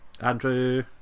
Andrew